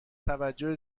توجه